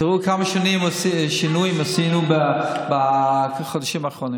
תראו כמה שינויים עשינו בחודשים האחרונים.